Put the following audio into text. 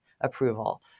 approval